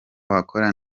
wakora